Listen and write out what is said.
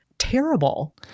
terrible